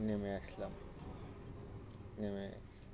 নেমে ইসলাম নিমে